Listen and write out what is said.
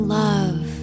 love